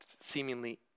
seemingly